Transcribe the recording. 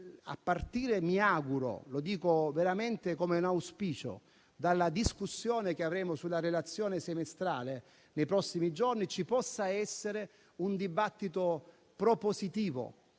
a partire - come veramente auspico - dalla discussione che avremo sulla relazione semestrale nei prossimi giorni, ci possa essere un dibattito propositivo